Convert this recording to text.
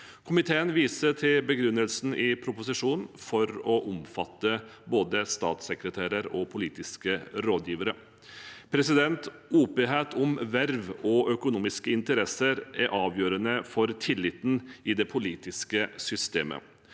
Komiteen viser til begrunnelsene i proposisjonen for å omfatte både statssekretærer og politiske rådgivere. Åpenhet om verv og økonomiske interesser er avgjørende for tilliten i det politiske systemet.